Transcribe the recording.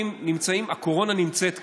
הקורונה נמצאת כאן,